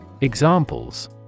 Examples